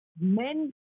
men